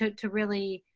to to really